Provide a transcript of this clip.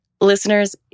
Listeners